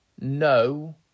no